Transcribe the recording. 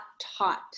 taught